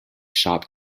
shop